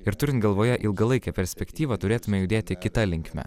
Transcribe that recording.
ir turint galvoje ilgalaikę perspektyvą turėtume judėti kita linkme